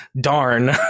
darn